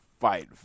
fight